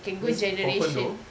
this for condo